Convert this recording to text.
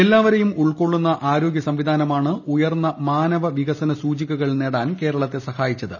എല്ലാവരെയും ഉൾക്കൊള്ളുന്ന ആരോ ഗൃ സംവിധാനമാണ് ഉയർന്ന മാനവവികസന സൂചികകൾ നേടാൻ കേരളത്തെ സഹായിച്ചത്